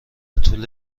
طول